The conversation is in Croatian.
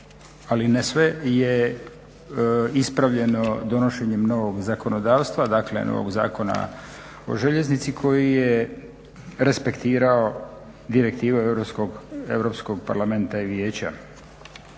ali ne sve, je ispravljeno donošenjem novog zakonodavstva dakle novog Zakona o željeznici koji je respektirao direktive EU parlamenta i Vijeća.